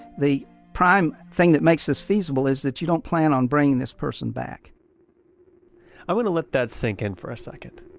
the prime thing that makes this feasible is that you don't plan on bringing this person back i'm going to let that sink in for a second.